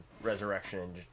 resurrection